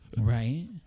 Right